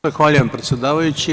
Zahvaljujem predsedavajući.